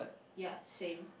ya same